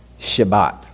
Shabbat